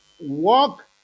Walk